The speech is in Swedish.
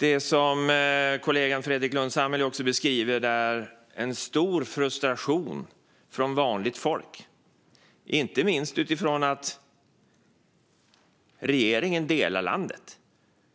Det är, som kollegan Fredrik Lundh Sammeli beskriver, en stor frustration från vanligt folk. Inte minst det att regeringen delar landet